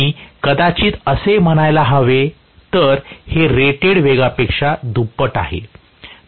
मी कदाचित असे म्हणायला हवे तर हे रेटेड वेगापेक्षा दुप्पट आहे